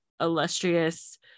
illustrious